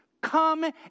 Come